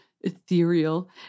ethereal